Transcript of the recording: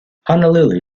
honolulu